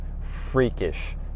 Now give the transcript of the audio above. freakish